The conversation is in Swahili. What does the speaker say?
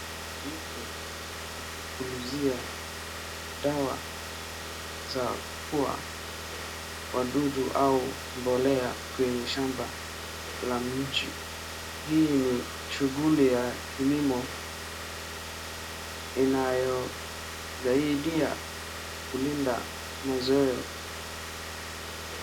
Mtu akipulizia dawa za kuua wadudu au mbolea kwenye shamba la nje. Hii ni shughuli ya kilimo inayosaidia kulinda mazao.